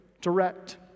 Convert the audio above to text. direct